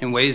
in ways